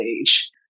age